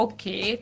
Okay